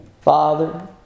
Father